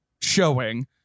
showing